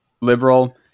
liberal